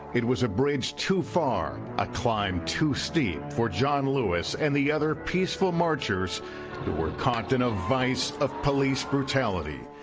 it was a bridge too far, a climb too steep for john lewis and the other peaceful marchers that were caught in a vice of police brutality.